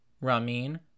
Ramin